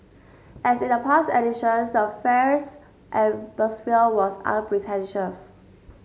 as in the past editions the fairs atmosphere was unpretentious